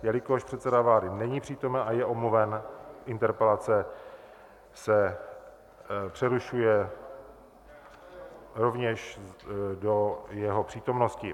Jelikož předseda vlády není přítomen a je omluven, interpelace se přerušuje rovněž do jeho přítomnosti.